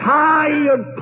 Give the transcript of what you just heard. tired